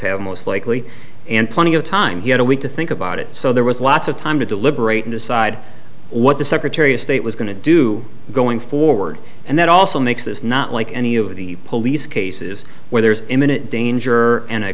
have most likely and plenty of time he had a week to think about it so there was lots of time to deliberate and decide what the secretary of state was going to do going forward and that also makes this not like any of the police cases where there's imminent danger and a